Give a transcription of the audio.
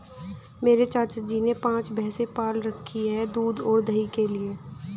मेरे चाचा जी ने पांच भैंसे पाल रखे हैं दूध और दही के लिए